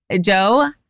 Joe